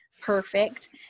perfect